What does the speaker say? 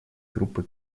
группы